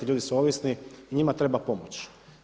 Ljudi su ovisni i njima treba pomoć.